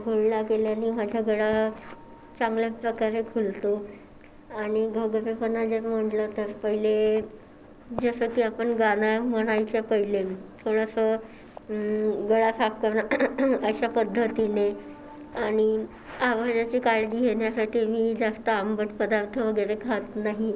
गुळण्या केल्यानी माझा गळा चांगल्या प्रकारे खुलतो आणि घोगरेपणा जर म्हटलं तर पहिले जसं की आपण गाणं म्हणायच्या पहिले थोडंसं गळा साफ करणं अशा पद्धतीने आणि आवाजाची काळजी घेण्यासाठी मी जास्त आंबट पदार्थ वगैरे खात नाही